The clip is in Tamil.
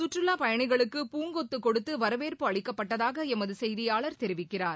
கற்றுலாப் பயணிகளுக்கு பூங்கொத்து கொடுத்து வரவேற்பு அளிக்கப்பட்டதாக எமது செய்தியாளர் தெரிவிக்கிறார்